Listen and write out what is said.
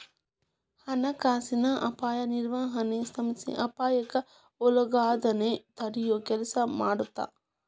ಹಣಕಾಸಿನ ಅಪಾಯ ನಿರ್ವಹಣೆ ಸಂಸ್ಥೆ ಅಪಾಯಕ್ಕ ಒಳಗಾಗೋದನ್ನ ತಡಿಯೊ ಕೆಲ್ಸ ಮಾಡತ್ತ